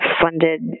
funded